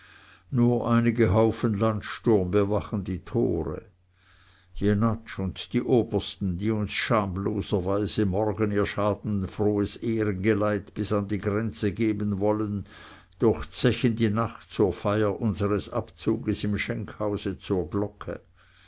nur einige haufen landsturm bewachen die tore jenatsch und die obersten die uns schamloserweise morgen ihr schadenfrohes ehrengeleit bis an die grenze geben wollen durchzechen die nacht zur feier unsers abzuges im schenkhause zur glocke